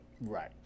Right